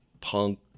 punk